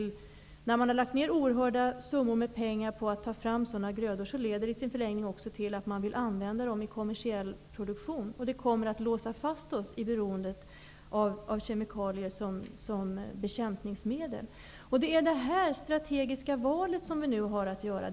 När man har lagt ner oerhörda summor på att ta fram sådana grödor leder detta i sin förlängning också till att man vill använda dem i kommersiell produktion. Detta kommer att låsa fast oss i beroendet av kemikalier som bekämpningsmedel. Det är ett strategiskt val som vi nu har att göra.